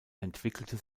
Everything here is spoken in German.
entwickelte